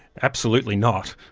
absolutely not.